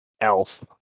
Elf